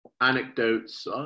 anecdotes